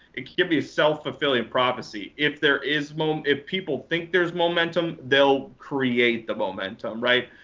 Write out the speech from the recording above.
it can be a self-fulfilling prophecy. if there is movement if people think there's momentum, they'll create the momentum, right?